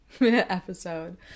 episode